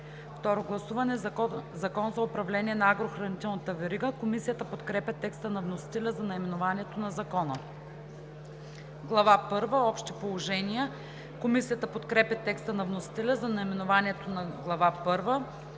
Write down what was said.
второ гласуване. „Закон за управление на агрохранителната верига“.“ Комисията подкрепя текста на вносителя за наименованието на Закона. „Глава първа – Общи положения“. Комисията подкрепя текста на вносителя за наименованието на Глава